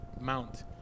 mount